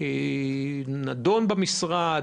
האם הדברים האלה נדונו במשרד,